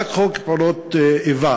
רק חוק התגמולים לנפגעי פעולות איבה,